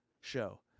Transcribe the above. show